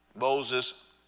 Moses